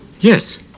Yes